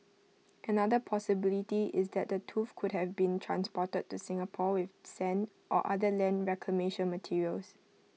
another possibility is that the tooth could have been transported to Singapore with sand or other land reclamation materials